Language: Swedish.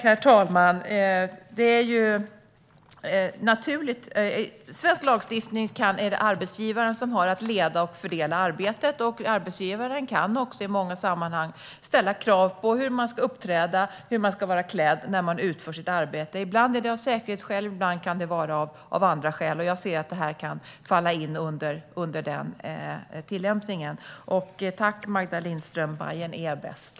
Herr talman! Enligt svensk lagstiftning är det arbetsgivaren som har att leda och fördela arbetet. Arbetsgivaren kan också i många sammanhang ställa krav på hur man ska uppträda och hur man ska vara klädd när man utför sitt arbete. Ibland är det av säkerhetsskäl, ibland kan det vara av andra skäl. Jag anser att det här kan falla under den tillämpningen. Tack, Märta Lindström - Bajen är bäst!